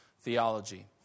theology